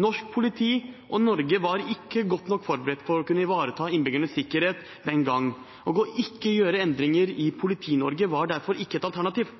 Norsk politi og Norge var ikke godt nok forberedt på å kunne ivareta innbyggernes sikkerhet den gang, og ikke å gjøre endringer i Politi-Norge var derfor ikke et alternativ.